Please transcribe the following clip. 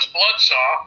Bloodsaw